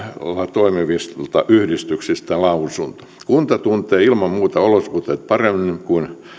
toimivilta yhdistyksiltä lausunto kunta tuntee ilman muuta olosuhteet paremmin kuin